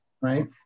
right